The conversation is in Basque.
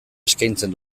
eskaintzen